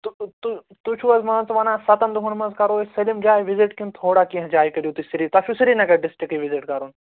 تہٕ تہٕ تُہۍ چھُو حظ مان ژٕ ونان سَتَن دۄہَن منٛز کرو أسۍ سٲلِم جایہِ وِزِٹ کِنہٕ تھوڑا کیٚنہہ جایہِ کٔرِو تُہی سری تۄہہِ چھُو سری نگر ڈِسٹِکٕے وِزِٹ کَرُن